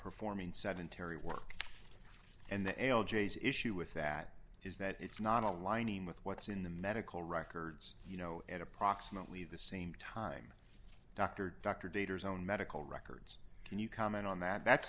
performing sedentary work and the ale jay's issue with that is that it's not aligning with what's in the medical records you know at approximately the same time doctor dr daters own medical records can you comment on that that